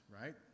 right